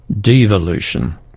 devolution